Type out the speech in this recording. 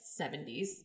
70s